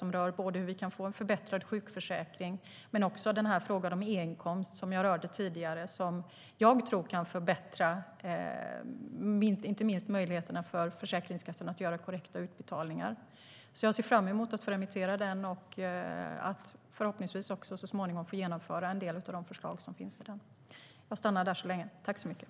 Det handlar om hur vi kan få en förbättrad sjukförsäkring, men också om e-inkomst, som jag berörde tidigare och som jag tror kan förbättra inte minst möjligheterna för Försäkringskassan att göra korrekta utbetalningar. Jag ser fram emot att få remittera utredningen och förhoppningsvis också så småningom få genomföra en del av de förslag som finns i den.